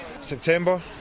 September